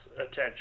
attention